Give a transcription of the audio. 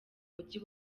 mujyi